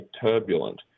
turbulent